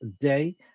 day